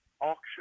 auction